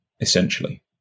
essentially